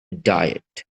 diet